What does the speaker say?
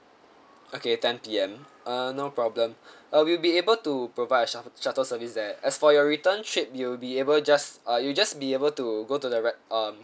okay ten P_M uh no problem uh we'll be able to provide a shuttle shuttle service there as for your return trip you'll be able just uh you just be able to go to the right um